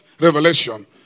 Revelation